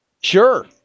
sure